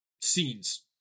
scenes